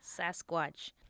Sasquatch